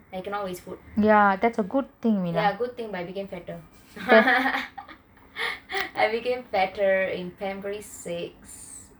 I cannot waste food ya good thing but I became fatter I became fatter in primary six